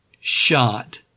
shot